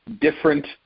different